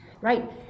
right